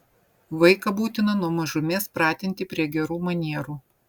vaiką būtina nuo mažumės pratinti prie gerų manierų